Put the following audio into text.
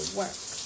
work